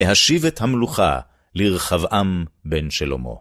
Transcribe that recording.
אשיב את המלוכה לרחבעם בן שלמה.